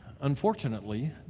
Unfortunately